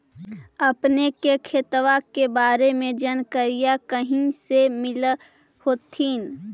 अपने के खेतबा के बारे मे जनकरीया कही से मिल होथिं न?